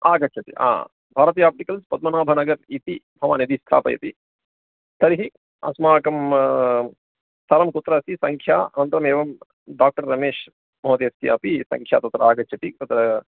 आगच्छति आ भारती आप्टिकल्स् पद्मनाभनगरम् इति भवान् यदि स्थापयति तर्हि अस्माकं स्थलं कुत्र अस्ति सङ्ख्या अनन्तरं डाक्टर् रमेशः महोदयस्यापि सङ्ख्या तत्र आगच्छति तत्र